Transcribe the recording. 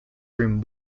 room